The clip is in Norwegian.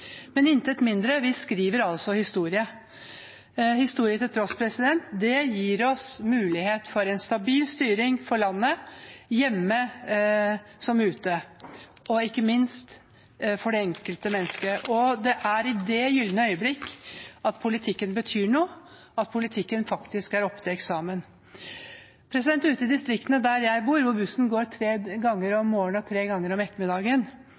Men intet mindre – vi skriver historie. Historie til tross: Det gir oss mulighet for en stabil styring for landet, hjemme som ute, ikke minst for det enkelte menneske, og det er i dette gylne øyeblikk at politikken betyr noe, at politikken faktisk er oppe til eksamen. Ute i distriktene, der jeg bor, hvor bussen går tre ganger om morgenen og tre ganger om ettermiddagen, og